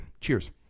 cheers